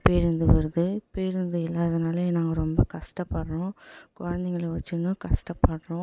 பேருந்து வருது பேருந்து இல்லாதனால் நாங்கள் ரொம்ப கஷ்டப்படுறோம் குழந்தைகள வச்சுக்கின்னு கஷ்டப்படுறோம்